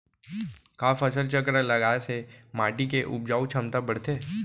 का फसल चक्र लगाय से माटी के उपजाऊ क्षमता बढ़थे?